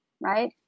right